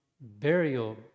burial